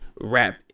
rap